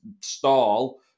stall